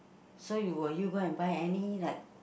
so you will you go and buy any like